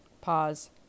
Pause